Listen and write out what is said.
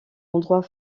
endroit